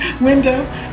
window